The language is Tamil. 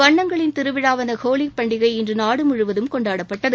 வண்ணங்களின் திருவிழாவான ஹோலி பண்டிகை இன்று நாடு முழுவதும் கொண்டாடப்பட்டது